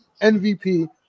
MVP